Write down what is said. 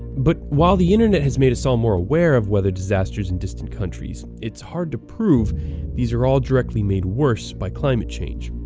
but while the internet has made us all more aware of weather disasters in distant countries, it's hard to prove these are all directly made worse by climate change,